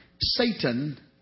Satan